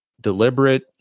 deliberate